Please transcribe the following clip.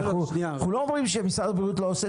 אנחנו לא אומרים שמשרד הבריאות לא עושה